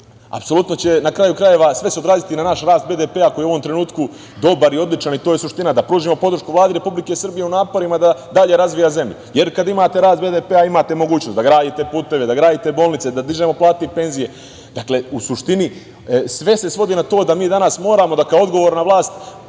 jer će se na kraju krajeva sve odraziti na rast BDP koji je u ovom trenutku dobar, odličan. To je suština, da podržimo Vladu Republike Srbije u naporima da dalje razvija zemlju. Kada imate rast BDP imate mogućnost da gradite puteve, da gradite bolnice, da dižemo plate i penzije. Dakle, u suštini sve se svodi na to da mi danas moramo da kao odgovorna vlast